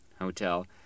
hotel